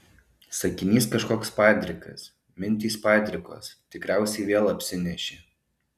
sakinys kažkoks padrikas mintys padrikos tikriausiai vėl apsinešė